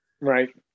Right